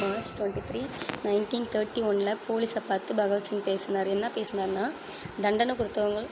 March twenty three nineteen thirty ஒன்ல போலீசைப் பார்த்து பகவத்சிங் பேசுனார் என்ன பேசுனாருன்னால் தண்டனை கொடுத்துவங்கள்